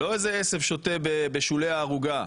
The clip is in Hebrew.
לא איזה עשב שוטה בשולי הערוגה,